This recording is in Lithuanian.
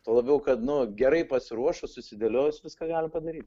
tuo labiau kad nu gerai pasiruošus susidėliojus viską galim padaryt